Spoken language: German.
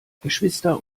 geschwister